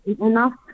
enough